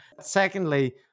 Secondly